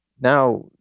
Now